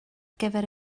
gyfer